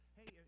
hey